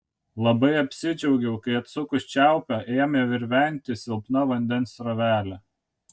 labai apsidžiaugiau kai atsukus čiaupą ėmė virventi silpna vandens srovelė